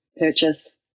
purchase